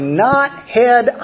not-head